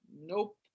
Nope